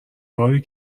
باری